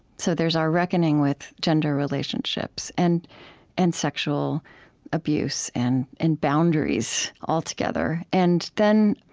so there's our reckoning with gender relationships and and sexual abuse and and boundaries, all together and then